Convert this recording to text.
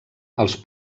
els